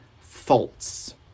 false